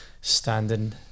standing